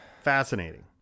fascinating